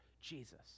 Jesus